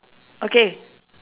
okay